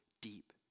deep